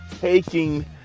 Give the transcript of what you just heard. taking